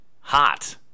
hot